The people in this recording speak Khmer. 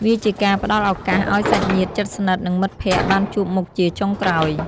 វាជាការផ្តល់ឱកាសឱ្យសាច់ញាតិជិតស្និទ្ធ និងមិត្តភក្តិបានជួបមុខជាចុងក្រោយ។